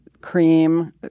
cream